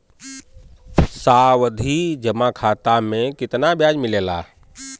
सावधि जमा खाता मे कितना ब्याज मिले ला?